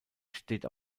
steht